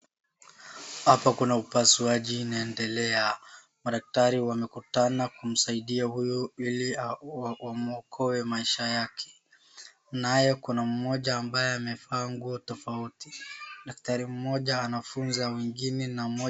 Hapa kuna upasuaji inaendelea, madaktari wamekutana kumsaidia huyu ili wamwokoe maisha yake. Naye kuna mmoja ambaye amevaa nguo tofauti. Daktari mmoja anafunza wengine na mmoja...